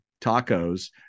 tacos